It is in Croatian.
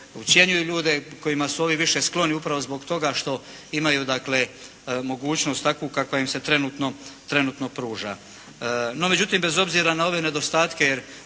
ucjenjuju ljude, kojima su ovi više skloni upravo zbog toga što imaju dakle mogućnost takvu kakva im se trenutno pruža. No međutim bez obzira na ove nedostatke,